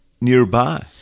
nearby